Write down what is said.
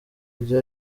iryo